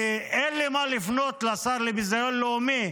כי אין מה לפנות לשר לביזיון לאומי,